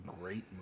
great